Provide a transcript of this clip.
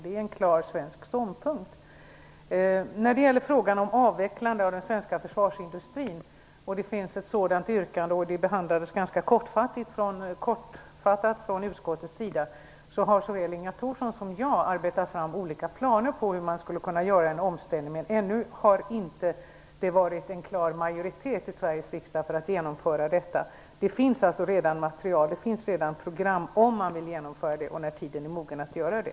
Det är en klar svensk ståndpunkt. När det gäller frågan om avvecklande av den svenska försvarsindustrin - det finns ett sådant yrkande och det behandlades ganska kortfattat av utskottet - har såväl Inga Thorsson som jag arbetat fram olika planer på hur man skulle kunna göra en omställning. Ännu har det inte varit en klar majoritet i Sveriges riksdag för att genomföra detta. Det finns alltså redan material, det finns redan program, om man vill genomföra det och när tiden är mogen att göra det.